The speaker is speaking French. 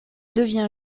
devient